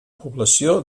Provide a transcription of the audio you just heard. població